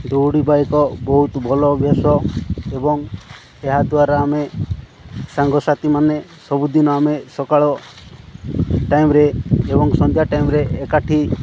ଦୌଡ଼ିିବା ଏକ ବହୁତ ଭଲ ଅଭ୍ୟାସ ଏବଂ ଏହା ଦ୍ୱାରା ଆମେ ସାଙ୍ଗସାଥିମାନେ ସବୁଦିନ ଆମେ ସକାଳ ଟାଇମ୍ରେ ଏବଂ ସନ୍ଧ୍ୟା ଟାଇମ୍ରେ ଏକାଠି